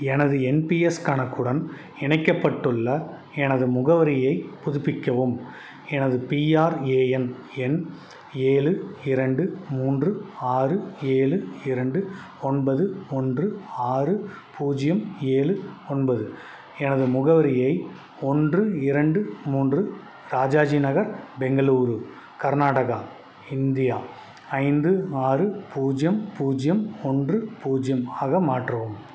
எனது N P S கணக்குடன் இணைக்கப்பட்டுள்ள எனது முகவரியைப் புதுப்பிக்கவும் எனது பிஆர்ஏஎன் எண் ஏழு இரண்டு மூன்று ஆறு ஏழு இரண்டு ஒன்பது ஒன்று ஆறு பூஜ்ஜியம் ஏழு ஒன்பது எனது முகவரியை ஒன்று இரண்டு மூன்று ராஜாஜி நகர் பெங்களூரு கர்நாடகா இந்தியா ஐந்து ஆறு பூஜ்ஜியம் பூஜ்ஜியம் ஒன்று பூஜ்ஜியம் ஆக மாற்றவும்